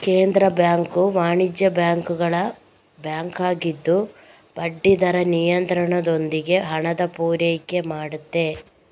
ಕೇಂದ್ರ ಬ್ಯಾಂಕು ವಾಣಿಜ್ಯ ಬ್ಯಾಂಕುಗಳ ಬ್ಯಾಂಕು ಆಗಿದ್ದು ಬಡ್ಡಿ ದರ ನಿಯಂತ್ರಣದೊಂದಿಗೆ ಹಣದ ಪೂರೈಕೆ ಮಾಡ್ತದೆ